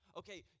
okay